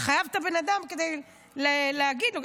אתה חייב את הבן אדם כדי להגיד לו.